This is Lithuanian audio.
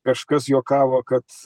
kažkas juokavo kad